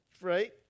right